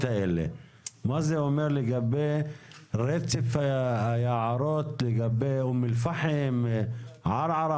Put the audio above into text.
האלה מה רצף היערות אומר לגבי אום-אל-פאחם וערערה?